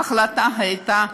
ההחלטה הייתה שלילית.